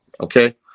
Okay